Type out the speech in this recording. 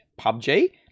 PUBG